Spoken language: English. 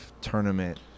tournament